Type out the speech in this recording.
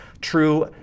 true